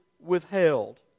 withheld